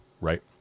right